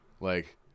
Like-